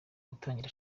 gutangira